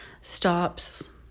stops